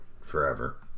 forever